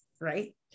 right